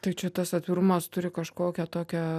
tai čia tas atvirumas turi kažkokią tokią